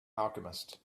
alchemist